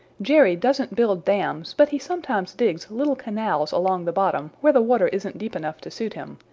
jerry doesn't build dams, but he sometimes digs little canals along the bottom where the water isn't deep enough to suit him,